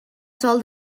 sol